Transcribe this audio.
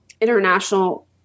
international